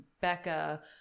Becca